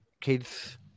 kids